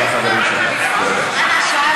אדוני.